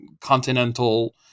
continental